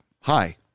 hi